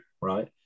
right